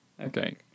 Okay